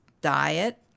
diet